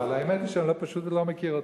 אבל האמת היא שאני פשוט לא מכיר אותו,